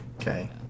okay